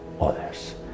others